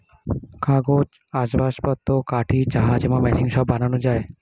কাগজ, আসবাবপত্র, কাঠি, জাহাজ এবং মেশিন সব বানানো যায়